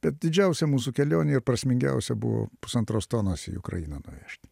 bet didžiausia mūsų kelionė ir prasmingiausia buvo pusantros tonos į ukrainą nuvežti